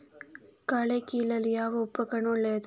ಕಳೆ ಕೀಳಲು ಯಾವ ಉಪಕರಣ ಒಳ್ಳೆಯದು?